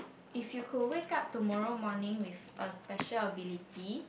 if you could wake up tomorrow morning with a special ability